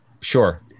Sure